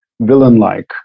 villain-like